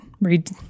read